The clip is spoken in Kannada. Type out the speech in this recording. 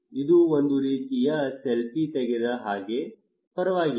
ಇದು ಒಂದು ರೀತಿಯ ಸೆಲ್ಫಿ ತೆಗೆದ ಹಾಗೆ ಪರವಾಗಿಲ್ಲ